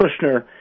Kushner